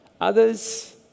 Others